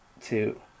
two